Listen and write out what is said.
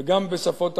וגם בשפות אחרות.